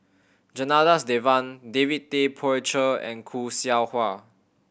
Janadas Devan David Tay Poey Cher and Khoo Seow Hwa